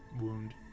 wound